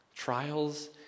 Trials